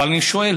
אבל אני שואל: